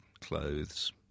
clothes